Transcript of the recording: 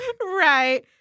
Right